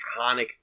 iconic